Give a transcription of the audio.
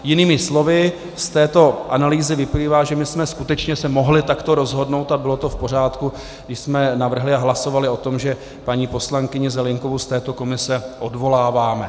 Jinými slovy z této analýzy vyplývá, že jsme se skutečně mohli takto rozhodnout a bylo to v pořádku, když jsme navrhli a hlasovali o tom, že paní poslankyni Zelienkovou z této komise odvoláváme.